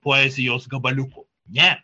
poezijos gabaliukų ne